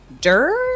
dirt